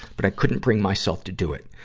but i couldn't bring myself to do it.